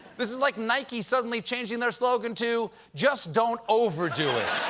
this is like nike suddenly changing their slogan to just don't overdo it.